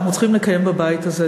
אנחנו צריכים לקיים בבית הזה,